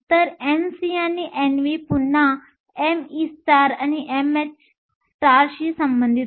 तर Nc आणि Nv पुन्हा me आणि mhशी संबंधित आहेत